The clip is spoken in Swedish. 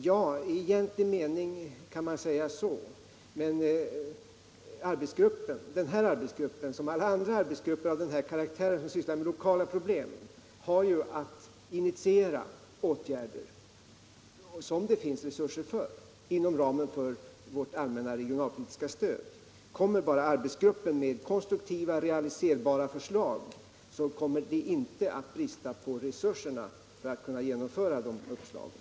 Ja, i egentlig mening kan man säga så, men den här arbetsgruppen - som alla andra av den karaktären som sysslar med lokala problem — är till för att initiera åtgärder som det finns resurser för inom ramen för vårt allmänna regionalpolitiska stöd. Om arbetsgruppen kommer med konstruktiva realiserbara förslag kommer det inte att brista på resurserna för att kunna genomföra uppslagen.